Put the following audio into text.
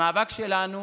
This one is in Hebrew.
המאבק שלנו,